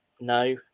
No